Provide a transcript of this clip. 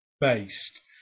based